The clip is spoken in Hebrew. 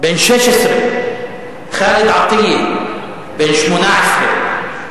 בן 16, ח'אלד עטיה, בן 18,